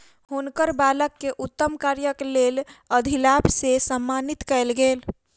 हुनकर बालक के उत्तम कार्यक लेल अधिलाभ से सम्मानित कयल गेल